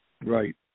Right